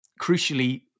crucially